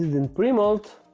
in premolt,